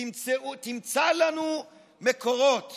תמצא לנו מקורות